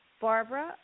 Barbara